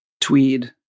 tweed